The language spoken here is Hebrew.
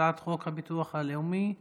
הצעת חוק הביטוח הלאומי (תיקון,